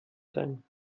sein